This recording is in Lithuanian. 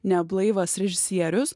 neblaivas režisierius